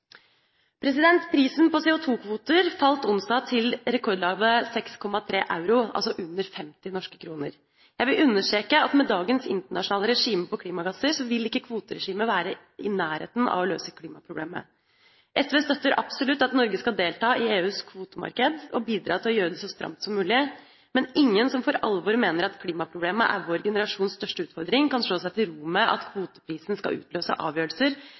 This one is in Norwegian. på. Prisen på CO2-kvoter falt onsdag til rekordlave 6,3 euro, altså under 50 norske kroner. Jeg vil understreke at med dagens internasjonale regime på klimagasser, vil ikke kvoteregimet være i nærheten av å løse klimaproblemet. SV støtter absolutt at Norge skal delta i EUs kvotemarked og bidra til å gjøre det så stramt som mulig, men ingen som for alvor mener at klimaproblemet er vår generasjons største utfordring, kan slå seg til ro med at kvoteprisen skal utløse avgjørelser